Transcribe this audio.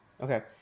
Okay